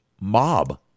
mob